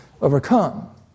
overcome